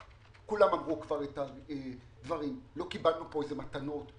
כולם אמרו כבר את הדברים: לא קיבלנו פה איזה מתנות,